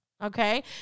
Okay